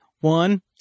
One